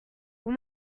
vous